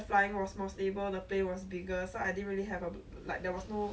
so generally you don't like flights I can assume